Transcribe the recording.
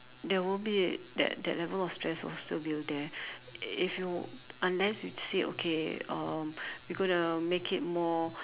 there won't be that that level of stress will still be there if you unless you say okay uh we going to make it more